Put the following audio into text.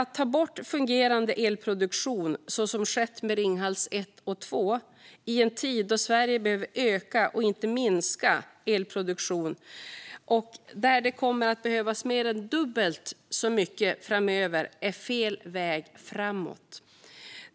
Att ta bort fungerande elproduktion, så som skett med Ringhals 1 och 2, i en tid då Sverige behöver öka, inte minska, elproduktionen och när det kommer att behövas mer än dubbelt så mycket el framöver är fel väg framåt.